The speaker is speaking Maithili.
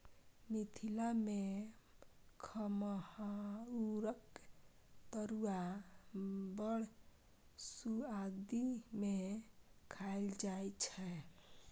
मिथिला मे खमहाउरक तरुआ बड़ सुआदि केँ खाएल जाइ छै